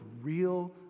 real